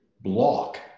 block